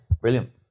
brilliant